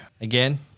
Again